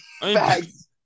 Facts